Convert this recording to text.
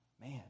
Man